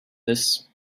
this